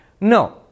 No